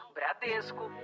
Bradesco